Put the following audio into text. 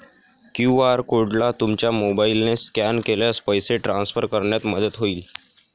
QR कोडला तुमच्या मोबाईलने स्कॅन केल्यास पैसे ट्रान्सफर करण्यात मदत होईल